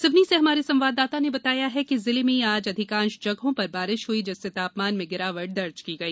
सिवनी से हमारे संवाददाता ने बताया है कि जिले में आज अधिकांश जगहों पर बारिश हुई जिससे तापमान में गिरावट दर्ज की गई